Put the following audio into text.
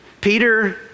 Peter